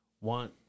want